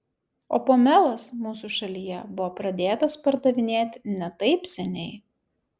o pomelas mūsų šalyje buvo pradėtas pardavinėti ne taip seniai